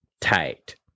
tight